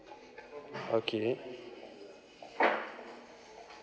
okay